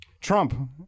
Trump